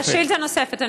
שאילתה נוספת.